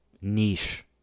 niche